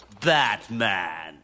...Batman